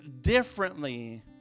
differently